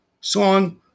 song